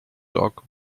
dog